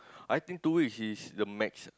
I think two weeks is the max